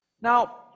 Now